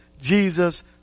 Jesus